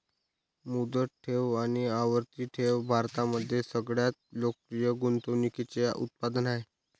मुदत ठेव आणि आवर्ती ठेव भारतामध्ये सगळ्यात लोकप्रिय गुंतवणूकीचे उत्पादन आहे